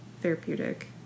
therapeutic